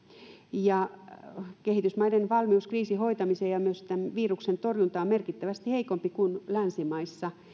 kehitysmaiden valmius kriisin hoitamiseen ja myös tämän viruksen torjuntaan on merkittävästi heikompi kuin länsimaissa